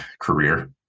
career